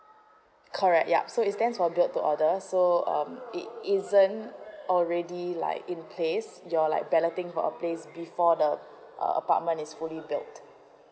correct yup so it stands for built to order so um it isn't already like in place you're like balloting for a place before the uh apartment is fully built